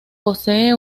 posee